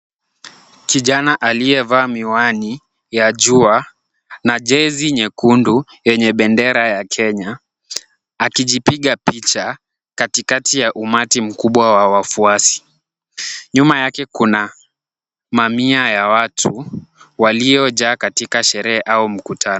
Kijana aliyevaa miwani ya jua na jezi nyekundu yenye bendera ya Kenya, akijipiga picha katikati ya umati mkubwa wa wafuasi. Nyuma yake kuna mamia ya watu waliojaa katika sherehe au mkutano.